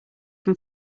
from